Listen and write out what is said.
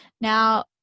Now